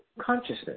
consciousness